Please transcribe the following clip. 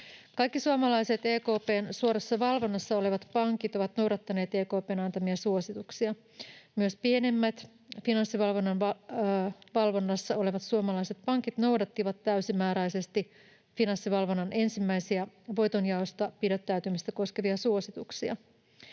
Kaikki suomalaiset EKP:n suorassa valvonnassa olevat pankit ovat noudattaneet EKP:n antamia suosituksia. Myös pienemmät, Finanssivalvonnan valvonnassa olevat suomalaiset pankit noudattivat täysimääräisesti Finanssivalvonnan ensimmäisiä voitonjaosta pidättäytymistä koskevia suosituksia.